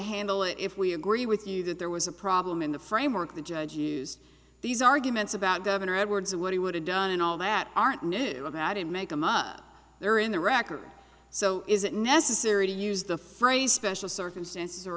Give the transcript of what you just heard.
handle it if we agree with you that there was a problem in the framework the judge used these arguments about governor edwards and what he would have done and all that aren't knew how to make them up there in the record so is it necessary to use the phrase special circumstances or